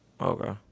Okay